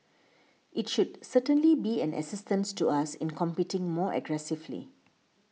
it should certainly be an assistance to us in competing more aggressively